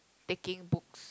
taking books